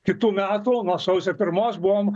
kitų metų sausio pirmos buvom